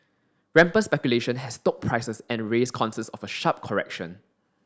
rampant speculation has stoked prices and raised concerns of a sharp correction